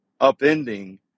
upending